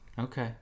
Okay